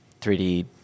3D